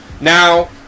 Now